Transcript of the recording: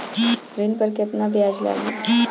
ऋण पर केतना ब्याज लगी?